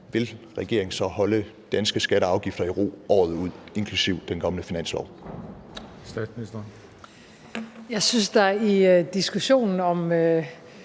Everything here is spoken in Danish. Vil regeringen så holde danske skatter og afgifter i ro året ud, inklusive den kommende finanslov?